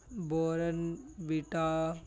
Bournvita